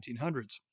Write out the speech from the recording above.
1900s